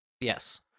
Yes